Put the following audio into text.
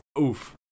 oof